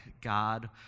God